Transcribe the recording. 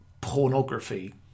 pornography